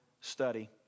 study